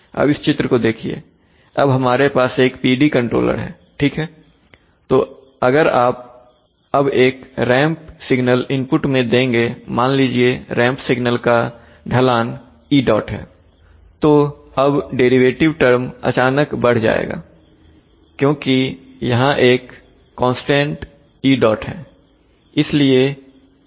अब इस चित्र को देखिए अब हमारे पास एक PD कंट्रोलर है ठीक है तो अगर अब आप एक रैंप सिगनल इनपुट में देंगे मान लीजिए रैंप सिगनल का ढलान e डॉट है तो अब डेरिवेटिव टर्म अचानक बढ़ जाएगा क्योंकि यहां एक कांस्टेंट e डॉट है